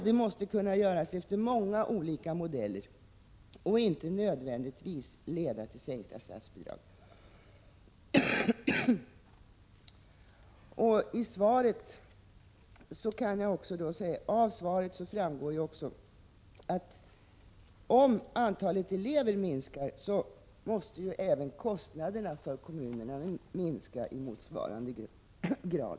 Det måste kunna göras efter många olika modeller, och det skall inte nödvändigtvis behöva leda till sänkta statsbidrag. Vidare framgår det av svaret att om antalet elever minskar, måste även kostnaderna för kommunerna minska i motsvarande grad.